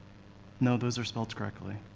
no, those are spelled correctly.